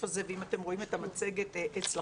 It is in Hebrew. הזה ואם אתם מצליחים לראות את המצגת אצלכם,